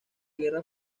guerra